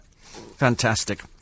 Fantastic